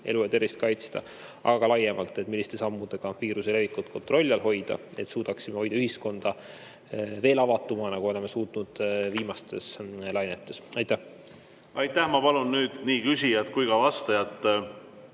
elu ja tervist kaitsta, aga ka laiemalt, milliste sammudega viiruse levikut kontrolli all hoida, et suudaksime hoida ühiskonda veel avatumana, kui oleme suutnud hoida viimastes lainetes. Aitäh! Ma palun nüüd nii küsijat kui ka vastajat